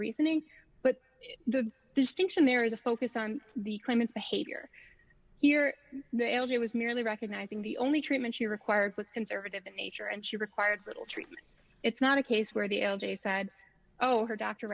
reasoning but the distinction there is a focus on the claimant's behavior here the l g was merely recognizing the only treatment she required was conservative in nature and she required little treatment it's not a case where the l j said oh her doctor